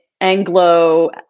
Anglo